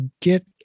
get